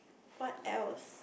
what else